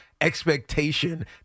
expectation